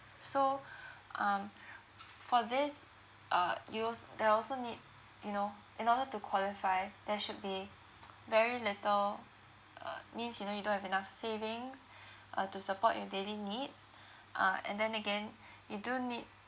so um for this uh you als~ they also need you know in order to qualify there should be very little uh means you know you don't have enough savings uh to support your daily needs uh and then again you do need